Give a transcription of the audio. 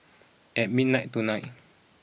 at midnight tonight